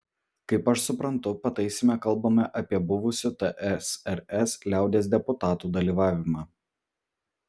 kaip aš suprantu pataisyme kalbame apie buvusių tsrs liaudies deputatų dalyvavimą